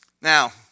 Now